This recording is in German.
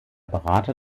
berater